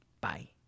Bye